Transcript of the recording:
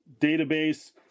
database